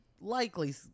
likely